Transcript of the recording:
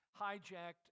hijacked